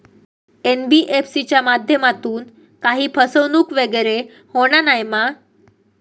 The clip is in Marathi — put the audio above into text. एन.बी.एफ.सी च्या माध्यमातून काही फसवणूक वगैरे होना नाय मा?